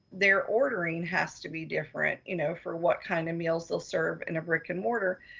they're ordering has to be different, you know for what kind of meals they'll serve in a brick and mortar,